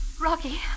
Rocky